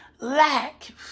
Lack